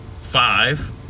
five